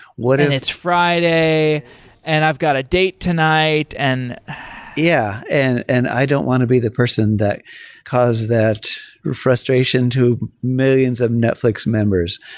what if and it's friday and i've got a date tonight and yeah, and and i don't want to be the person that cause that frustration to millions of netflix members.